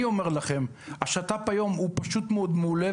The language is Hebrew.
השת"פ היום הוא מעולה,